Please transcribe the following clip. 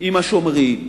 עם השומרים,